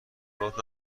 بابات